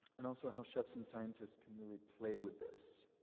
and also how chefs and scientists can really play with this.